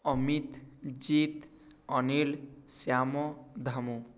Amit Jit Anil Shyam Dhamu